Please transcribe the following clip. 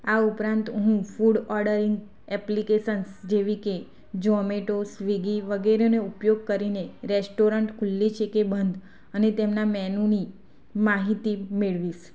આ ઉપરાંત હું ફૂડ ઓડરનીંગ એપ્લિકેશન્સ જેવી કે ઝોમેટો સ્વીગી વગેરેનો ઉપયોગ કરીને રેસ્ટોરન્ટ ખૂલી છે કે બંધ અને તેમના મેનુની માહિતી મેળવીશ